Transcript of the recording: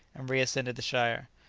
and reascended the shire.